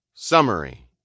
Summary